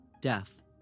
death